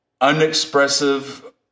unexpressive